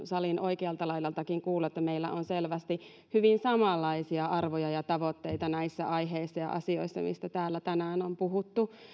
salin oikealtakin laidalta kuuluu meillä on selvästi hyvin samanlaisia arvoja ja tavoitteita näissä aiheissa ja asioissa mistä täällä tänään on puhuttu